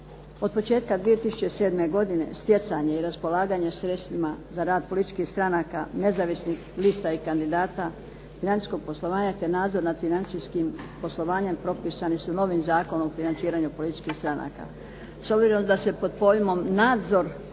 Od početka 2007. godine stjecanje i raspolaganje sredstvima za rad političkih stranaka nezavisnih lista i kandidata, financijsko poslovanje te nadzor nad financijskim poslovanjem propisani su novim Zakonom o financiranju političkih stranaka.